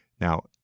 Now